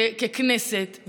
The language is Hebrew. ככנסת,